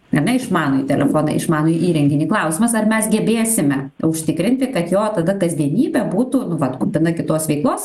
ar ne išmanųjį telefoną išmanųjį įrenginį klausimas ar mes gebėsime užtikrinti kad jo tada kasdienybė būtų nu va kupina kitos veiklos